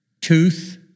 tooth